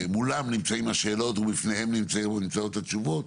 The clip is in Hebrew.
שמולם נמצאות השאלות ובפניהם נמצאות התשובות